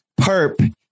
perp